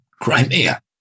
Crimea